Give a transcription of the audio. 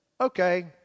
okay